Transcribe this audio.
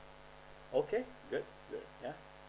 okay good good yeah